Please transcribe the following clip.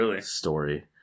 story